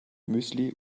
müsli